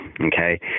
okay